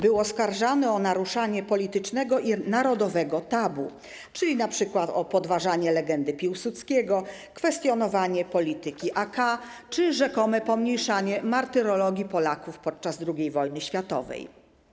Był oskarżany o naruszanie politycznego i narodowego tabu, czyli np. o podważanie legendy Piłsudskiego, kwestionowanie polityki AK czy rzekome pomniejszanie martyrologii Polaków podczas II wojny światowej.